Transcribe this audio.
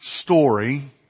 story